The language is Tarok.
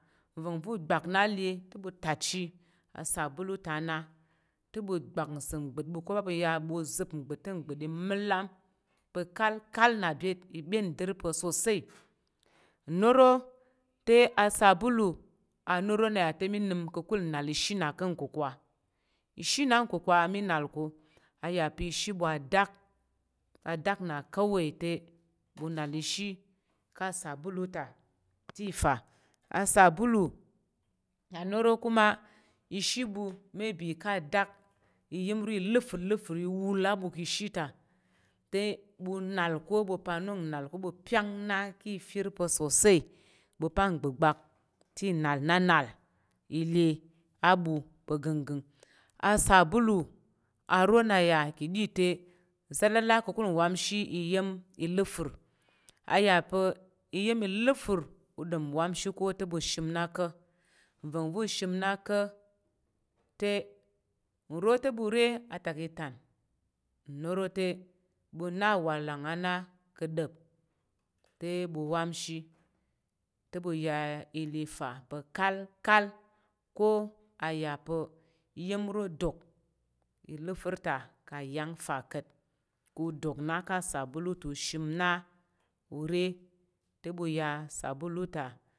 Va̱ngva̱ gbak na le, le ɓu tachi asabulu ta te ɓu gbak nsəm ngbət ɓu ko ɓa bu yi ɓu zəp ngbət te ngbət u mi lam kalkal ɓa byet ibyen ndər pa̱ sosai noro ta asabulu anoro na ya te i nəm ka̱kul nal ishi na ka̱ kukwa ishi na kaku a minal ku a yape ishi bu a dak a dak na kawai te bunal ishi ka̱ saboli ta te ifa asabolu aro kuma ishi ɓu maybe ka̱ adak iya̱m ro i ləfər ləfər á ɓu iwul aɓu ka̱ ishi ta te ɓu nal ko, ɓu pa̱k nənal ko ɓu pak nal ka̱ i fər pa̱ sosai ɓu pa̱ a te nənal nal i le á ɓu pa̱ gənggəng asabolu aro n ya ka̱ɗi te, zalala ka̱kul nwamshi iya̱m iləfər a ya pa iya̱m iləfər i ɗom nwamshi ko ta ɓu shim na ka̱ ava̱ngva̱ shim na ka̱ te, nro te ɓu re atak i tán, uro te ɓu na awalang á na ka̱ dəp te ɓu mwanshi te ɓu ya ga ita pa̱ kalkal ko a ya pa̱ iya̱m ro adak iləfər ta ka̱ yang fa ka̱t ko dok na ka sabolu ta ushim na ure te ɓu ya sabolu ta